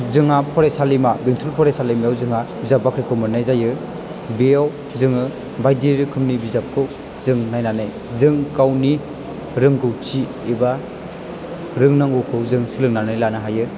जोंहा फरायसालिमा बेंटल फरायसालिमायाव जोंहा बिजाब बाख्रिखौ मोन्नाय जायो बेयाव जोङो बायदि रोखोमनि बिजाबखौ जों नायनानै जों गावनि रोंगौथि एबा रोंनांगौखौ जों सोलोंनानै लानो हायो